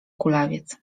kulawiec